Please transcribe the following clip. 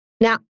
Now